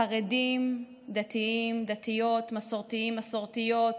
חרדים, דתיים, דתיות, מסורתיים, מסורתיות